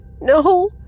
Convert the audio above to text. No